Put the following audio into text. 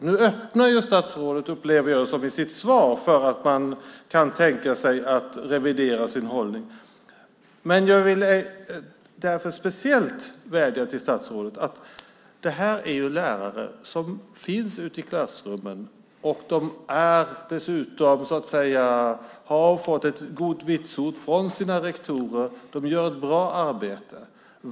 Nu öppnar statsrådet i sitt svar för att man kan tänka sig att revidera sin hållning, men jag vill speciellt vädja till statsrådet: Det här handlar om lärare som finns ute i klassrummen, och de har fått gott vitsord från sina rektorer och gör ett bra arbete.